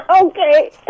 Okay